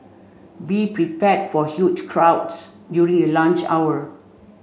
be prepared for huge crowds during the lunch hour